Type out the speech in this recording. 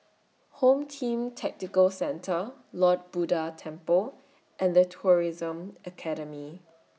Home Team Tactical Centre Lord Buddha Temple and The Tourism Academy